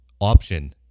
option